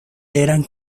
eran